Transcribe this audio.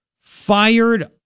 Fired